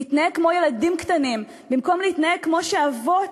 נתנהג כמו ילדים קטנים במקום להתנהג כמו שאבות